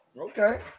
Okay